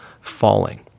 falling